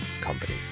company